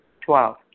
Twelve